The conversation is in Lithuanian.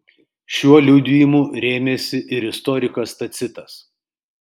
šiuo liudijimu rėmėsi ir istorikas tacitas